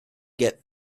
get